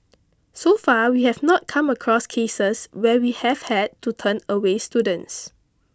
so far we have not come across cases where we have had to turn away students